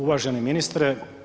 Uvaženi ministre.